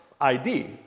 ID